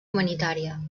humanitària